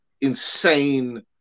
insane